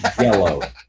Yellow